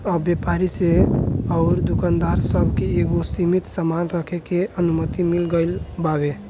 अब से व्यापारी अउरी दुकानदार सब के एगो सीमित सामान रखे के अनुमति मिल गईल बावे